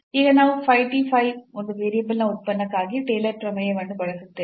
ಈಗ ನಾವು phi t phi ಒಂದು ವೇರಿಯಬಲ್ನ ಉತ್ಪನ್ನಕ್ಕಾಗಿ ಟೇಲರ್ ಪ್ರಮೇಯವನ್ನು ಬಳಸುತ್ತೇವೆ